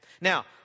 Now